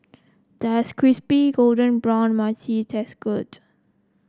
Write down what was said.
does crispy golden brown taste good